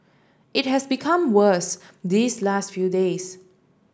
it has become worse these last few days